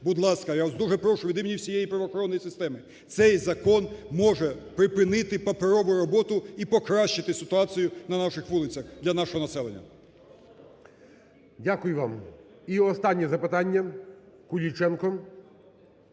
Будь ласка, я вас дуже прошу від імені всієї правоохоронної системи. Цей закон може припинити паперову роботу і покращити ситуацію на наших вулицях для нашого населення. ГОЛОВУЮЧИЙ. Дякую вам. І останнє запитання Куліченко.